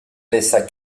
laissa